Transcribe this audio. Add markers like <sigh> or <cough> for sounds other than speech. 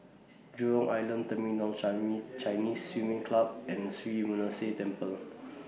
Jurong Island Terminal <unintelligible> Chinese Swimming Club and Sri <unintelligible> Temple